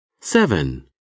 Seven